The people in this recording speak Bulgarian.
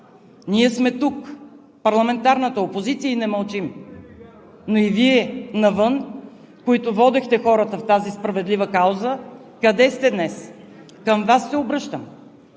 Ние сме тук – парламентарната опозиция, и не мълчим! Но и Вие навън, които водехте хората в тази справедлива кауза, къде сте днес? Към Вас се обръщам.